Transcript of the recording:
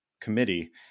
committee